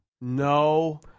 No